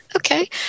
Okay